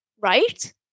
Right